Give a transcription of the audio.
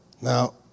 Now